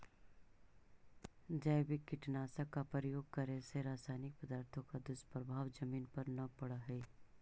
जैविक कीटनाशक का प्रयोग करे से रासायनिक पदार्थों का दुष्प्रभाव जमीन पर न पड़अ हई